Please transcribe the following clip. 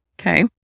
Okay